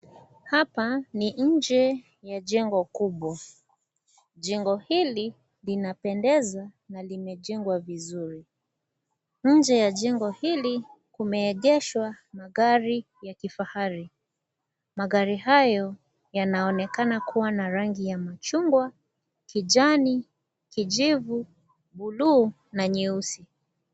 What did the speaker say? Hapa ni nje ya jengo kubwa. Jengo hili linapendeza na limejengwa vizuri. Nje ya jengo hili kumeegeshwa magari ya kifahari. Magari hayo yanaonekana kuwa na rangi ya machungwa, kijani, kijivu, buluu na nyeusi.